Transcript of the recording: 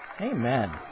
Amen